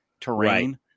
terrain